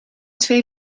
twee